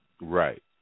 Right